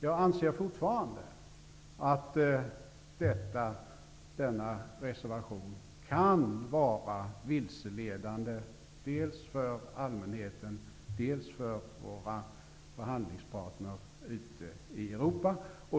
Jag anser fortfarande att denna reservation kan vara vilseledande dels för allmänheten, dels för våra förhandlingspartner ute i Europa.